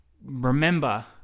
Remember